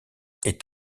est